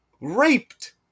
raped